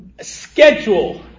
schedule